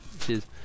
Cheers